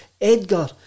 Edgar